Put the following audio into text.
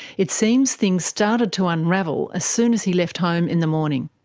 it seems things started to unravel as soon as he left home in the morning.